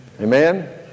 Amen